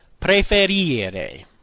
Preferire